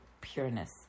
pureness